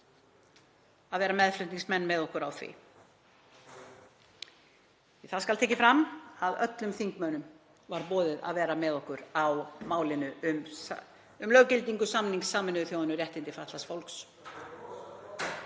að vera meðflutningsmenn með okkur á því. Það skal tekið fram að öllum þingmönnum var boðið að vera með okkur á málinu um löggildingu samnings Sameinuðu þjóðanna um réttindi fatlaðs fólks.